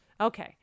Okay